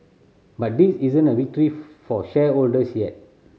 but this isn't a victory for shareholders yet